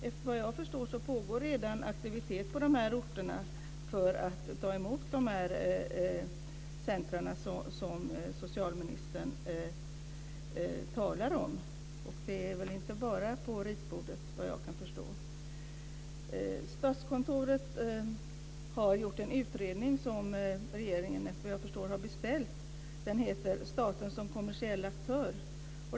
Efter vad jag förstår pågår redan aktivitet på de här orterna för att ta emot de centrum som socialministern talar om. De är väl inte bara på ritbordet, såvitt jag kan förstå. Statskontoret har gjort en utredning som regeringen har beställt. Den heter Staten som kommersiell aktör.